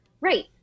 Right